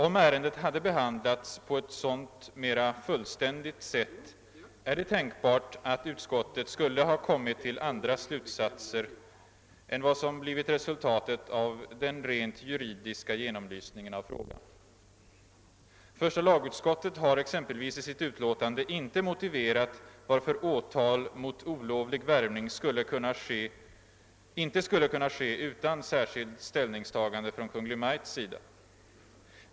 Om ärendet hade behandlats på ett mera fullständigt sätt är det tänkbart, att utskottet skulle ha kommit till andra slutsatser än vad som blivit resultatet av den rent juridiska genomlysningen av frågan. Första lagutskottet har exempelvis i sitt utlåtande inte motiverat varför åtal mot olovlig värvning inte skulle kunna ske utan särskilt ställningstagande från Kungl. Maj:ts sida.